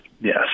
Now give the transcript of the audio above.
yes